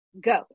Go